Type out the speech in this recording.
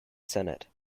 senate